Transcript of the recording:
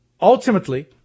ultimately